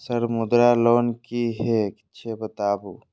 Sir Mudra loan की हे छे बताबू?